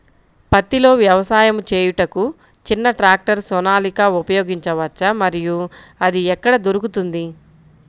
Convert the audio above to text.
పత్తిలో వ్యవసాయము చేయుటకు చిన్న ట్రాక్టర్ సోనాలిక ఉపయోగించవచ్చా మరియు అది ఎక్కడ దొరుకుతుంది?